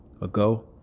ago